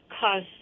cause